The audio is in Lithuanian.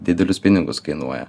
didelius pinigus kainuoja